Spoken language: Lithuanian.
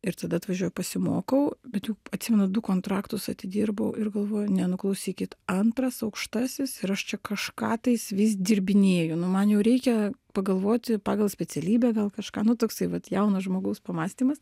ir tada atvažiuoju pasimokau bet juk atsimena du kontraktus atidirbau ir galvoju ne nu klausykit antras aukštasis ir aš čia kažką tais vis dirbinėju nu man jau reikia pagalvoti pagal specialybę gal kažką nu toksai vat jauno žmogaus pamąstymas